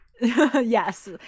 Yes